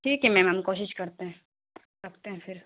ٹھیک ہے میم ہم کوشش کرتے ہیں رکھتے ہیں پھر